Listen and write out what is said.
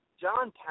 John